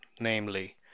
namely